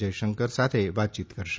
જયશંકર સાથે વાતચીત કરશે